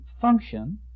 function